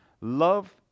love